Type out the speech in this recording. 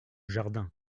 jardin